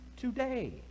today